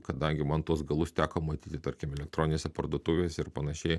kadangi man tuos galus teko matyti tarkim elektroninėse parduotuvėse ir panašiai